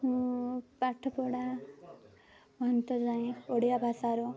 ମୁଁ ପାଠପଢ଼ା ଅନ୍ତ ଯାଏଁ ଓଡ଼ିଆ ଭାଷାର